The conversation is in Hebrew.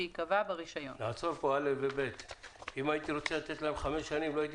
שייקבע ברישיון." אם הייתי רוצה לתת להם חמש שנים לא הייתי